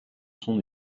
son